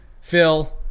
Phil